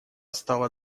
стало